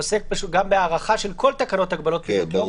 עוסק גם בהארכה של כל תקנות הגבלות פעילות,